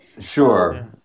Sure